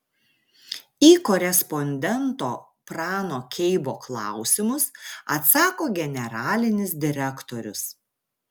į korespondento prano keibo klausimus atsako generalinis direktorius